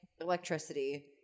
electricity